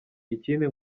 ikindi